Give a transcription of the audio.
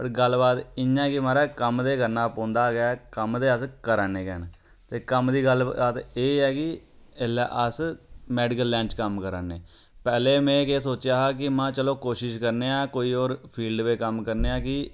पर गल्लबात इ'यां कि महाराज कम्म ते करना पौंदा गै कम्म ते अस करै न गै ते कम्म दी गल्लबात एह् ऐ कि एल्लै अस मैडिकल लैन च कम्म करै ने पैह्ले में केह् सोचेआ हा कि महां चलो कोशश करने आं कोई होर फील्ड बिच्च कम्म करने आं कि